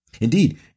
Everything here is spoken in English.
Indeed